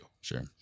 Sure